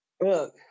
Look